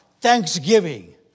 thanksgiving